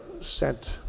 sent